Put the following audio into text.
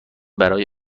برای